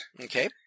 Okay